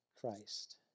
Christ